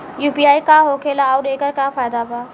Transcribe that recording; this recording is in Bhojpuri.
यू.पी.आई का होखेला आउर एकर का फायदा बा?